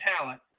talent